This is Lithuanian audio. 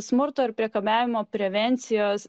smurto ir priekabiavimo prevencijos